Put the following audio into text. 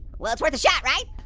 well it's worth a shot right?